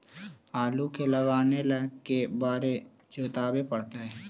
आलू के लगाने ल के बारे जोताबे पड़तै?